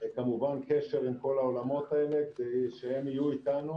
וכמובן קשר עם כל העולמות האלה כדי שהם יהיו איתנו